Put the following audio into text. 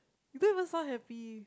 you don't even sound happy